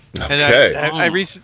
Okay